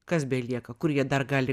kas belieka kur jie dar gali